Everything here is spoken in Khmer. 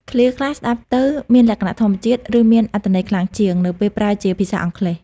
ឃ្លាខ្លះស្តាប់ទៅមានលក្ខណៈធម្មជាតិ ឬមានអត្ថន័យខ្លាំងជាង នៅពេលប្រើជាភាសាអង់គ្លេស។